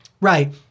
Right